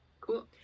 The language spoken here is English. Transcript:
Cool